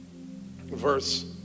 verse